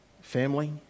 Family